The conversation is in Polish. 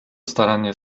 starannie